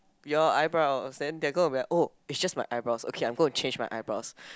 your eyebrows and they're gonna be like oh it's just my eyebrows okay I'm gonna change my eyebrows